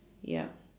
ya